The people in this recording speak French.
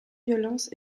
violence